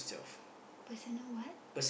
I don't know what